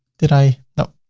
did i. no.